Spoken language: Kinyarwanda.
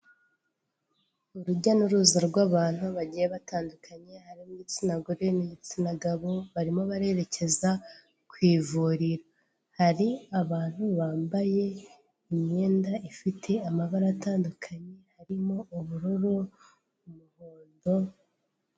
Urujya n'uruza rw'abantu bagiye batandukanye, harimo igitsina gore n'igitsina gabo, barimo barererekeza ku ivuriro, hari abantu bambaye imyenda ifite amabara atandukanye, harimo ubururu, umuhondo.